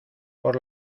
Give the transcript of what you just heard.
por